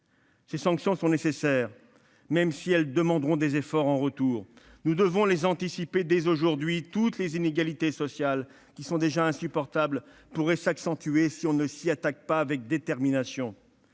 Ces sanctions sont nécessaires, même si elles demanderont des efforts en retour. Nous devons les anticiper dès aujourd'hui : toutes les inégalités sociales, qui sont déjà insupportables, pourraient s'accentuer si l'on ne s'y attaque pas avec détermination.